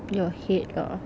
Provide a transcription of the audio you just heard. your head lah